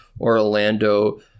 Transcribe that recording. Orlando